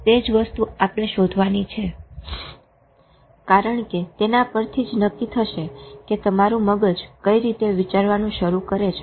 તે જ વસ્તુ આપણે શોધવાની છે કારણ કે તેના પરથી જ નક્કી થશે કે તમારું મગજ કઈ રીતે વિચારવાનું શરુ કરે છે